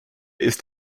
ist